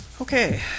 Okay